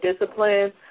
discipline